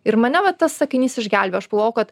ir mane va tas sakinys išgelbėjo aš galvojau kad